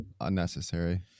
unnecessary